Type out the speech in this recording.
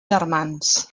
germans